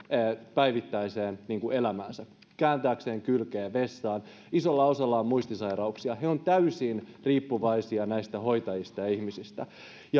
päivittäiseen elämäänsä kääntääkseen kylkeään vessaan isolla osalla on muistisairauksia he ovat täysin riippuvaisia näistä hoitajista ja ihmisistä